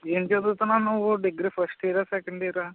ఏం చదువుతున్నావు నువ్వు డిగ్రీ ఫస్ట్ ఇయరా సెకండ్ ఇయరా